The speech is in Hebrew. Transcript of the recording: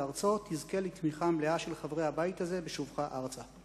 ארצו תזכה לתמיכה מלאה של חברי הבית הזה בשובך ארצה.